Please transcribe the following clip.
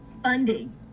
Funding